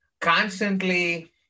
constantly